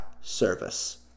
service